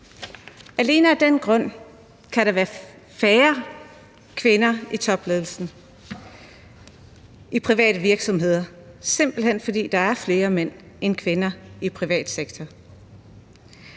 alene af den grund kan der være færre kvinder i topledelsen i private virksomheder, altså simpelt hen fordi der er flere mænd end kvinder i den private sektor.